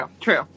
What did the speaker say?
true